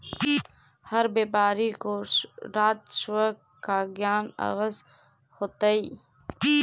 हर व्यापारी को राजस्व का ज्ञान अवश्य होतई